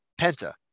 Penta